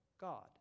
God